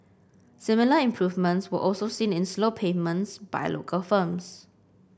similar improvements were also seen in slow payments by local firms